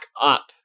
up